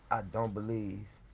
don't believe